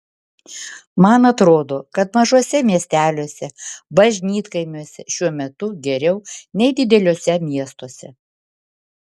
man atrodo kad mažuose miesteliuose bažnytkaimiuose šiuo metu geriau nei dideliuose miestuose